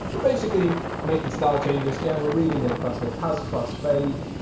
we're basically making style changes. yeah, we're reading a class here, hasclass fade,